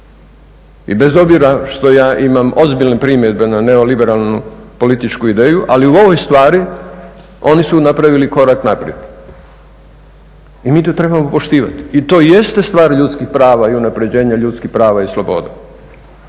i bez obzira što ja imam ozbiljne primjedbe na neoliberalnu političku ideju, ali u ovoj stvari oni su napravili korak naprijed i mi to trebamo poštivati i to jeste stvar ljudskih prava i unapređenja ljudskih prava i sloboda.